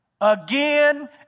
again